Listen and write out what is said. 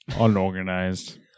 Unorganized